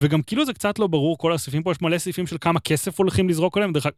וגם כאילו זה קצת לא ברור כל הסעיפים פה, יש מלא סעיפים של כמה כסף הולכים לזרוק עליהם,